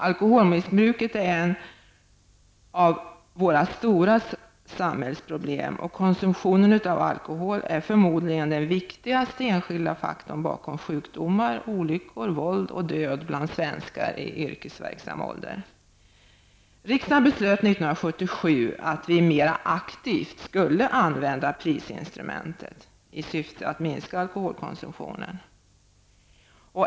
Alkoholmissbruket är ett våra största samhällsproblem, och konsumtionen av alkohol är förmodligen den viktigaste enskilda faktorn bakom sjukdomar, olyckor, våld och död bland svenskar i yrkesverksam ålder. Riksdagen beslöt 1977 att vi mer aktivt skulle använda prisinstrumentet i syfte att minska alkoholkonsumtionen.